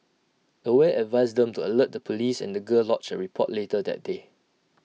aware advised them to alert the Police and the girl lodged A report later that day